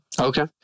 Okay